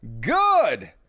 good